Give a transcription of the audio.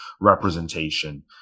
representation